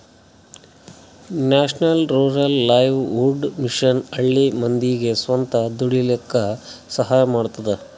national rural livelihood mission ಹಳ್ಳಿ ಮಂದಿಗ್ ಸ್ವಂತ ದುಡೀಲಕ್ಕ ಸಹಾಯ ಮಾಡ್ತದ